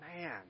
man